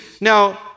now